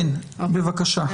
כן, בבקשה.